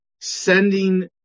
sending